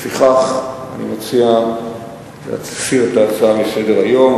לפיכך אני מציע להסיר את ההצעה מסדר-היום,